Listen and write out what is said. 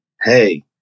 Hey